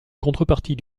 contrepartie